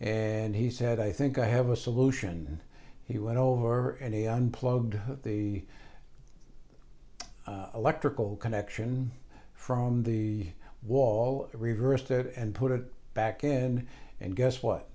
and he said i think i have a solution he went over or any unplugged the electrical connection from the wall reversed it and put it back in and guess what